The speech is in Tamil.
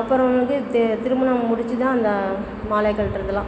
அப்புறம் வந்து தி திருமணம் முடித்து தான் அந்த மாலையை கழட்றதெல்லாம்